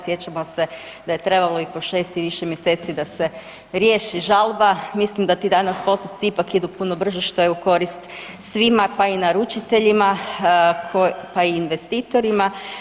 Sjećamo se da je trebalo i po 6 i više mjeseci da se riješi žalba, mislim da ti danas postupci ipak idu puno brže što je u korist svima pa i naručiteljima koji, pa i investitorima.